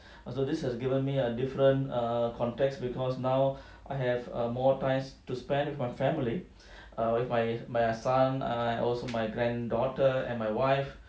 oh so this has given me a different err context because now I have err more time to spend with my family err with my my son and also my grand daughter and my wife